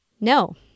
No